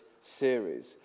series